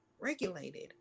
regulated